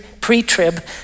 pre-trib